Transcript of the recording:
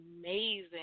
amazing